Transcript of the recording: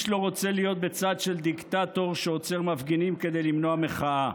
איש לא רוצה להיות בצד של דיקטטור שעוצר מפגינים כדי למנוע מחאה.